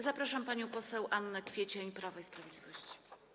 Zapraszam panią poseł Annę Kwiecień, Prawo i Sprawiedliwość.